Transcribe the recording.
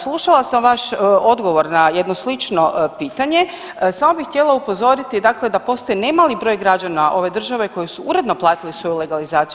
Slušala sam vaš odgovor na jedno slično pitanje, samo bih htjela upozoriti dakle da postoji nemali broj građana ove države koji su uredno platili svoju legalizaciju.